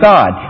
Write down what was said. God